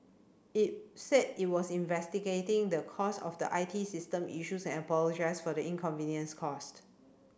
it said it was investigating the cause of the I T system issues and apologised for the inconvenience caused